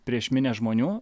prieš minią žmonių